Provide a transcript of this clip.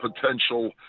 potential